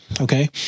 okay